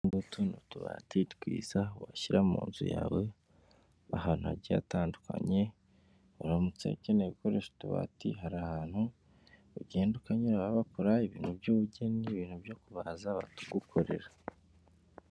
Utuntu ni utubati twiza washyira mu nzu yawe ahantu hagiye hatandukanye uramutse ukeneye gukoresha utubati hari ahantu ugenda ukanyuraho bakora ibintu by'ubugeni n'ibintu byo kubaza bakagukorera.